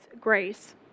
grace